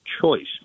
choice